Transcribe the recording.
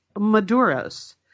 Maduro's